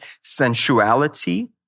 sensuality